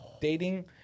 dating